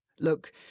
Look